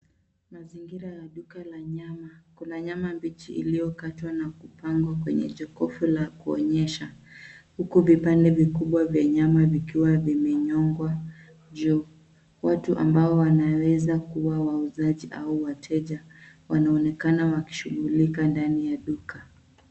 Mazingira ya duka la nyama. Kuna nyama mbichi iliyokatwa na kupangwa kwa jokovu la kuonyesha huku vipande vikubwa vya nyama vikiwa vimenyongwa juu. Watu ambao wanaweza kuwa wauzaji au wateja, wanaonekana wakishughulika ndani ya duka.